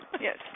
Yes